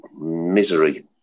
misery